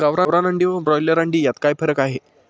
गावरान अंडी व ब्रॉयलर अंडी यात काय फरक आहे?